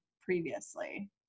previously